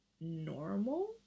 normal